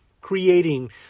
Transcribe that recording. creating